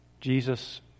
Jesus